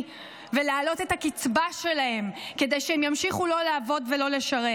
ולהעלות את הקצבה שלהם כדי שהם ימשיכו לא לעבוד ולא לשרת,